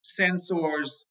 sensors